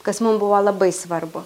kas mum buvo labai svarbu